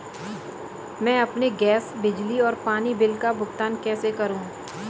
मैं अपने गैस, बिजली और पानी बिल का भुगतान कैसे करूँ?